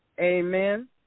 Amen